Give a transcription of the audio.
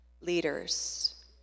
leaders